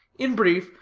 in brief,